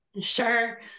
Sure